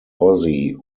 ozzy